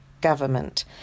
government